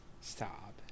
Stop